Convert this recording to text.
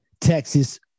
Texas